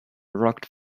rocked